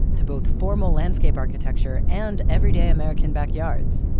to both formal landscape architecture and every day american backyards.